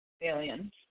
Aliens